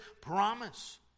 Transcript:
promise